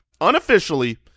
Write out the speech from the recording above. Unofficially